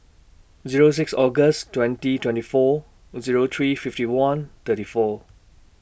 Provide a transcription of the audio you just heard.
Zero six August twenty twenty four Zero three fifty one thirty four